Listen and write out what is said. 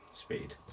Speed